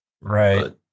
Right